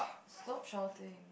stop shouting